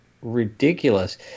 Ridiculous